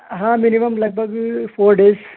ہاں مینیمم لگ بھگ فور ڈیز